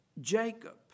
Jacob